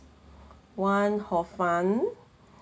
one hor fun